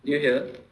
did you hear